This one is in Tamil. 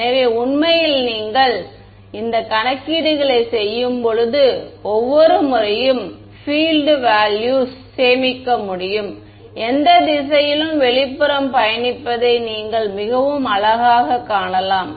எனவே உண்மையில் நீங்கள் இந்த கணக்கீடுகளைச் செய்யும்போது ஒவ்வொரு முறையும் ஃ பில்ட் வேல்யூஸ் சேமிக்க முடியும் எந்த திசையிலும் வெளிப்புறம் பயணிப்பதை நீங்கள் மிகவும் அழகாகக் காணலாம்